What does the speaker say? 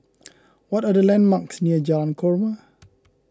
what are the landmarks near Jalan Korma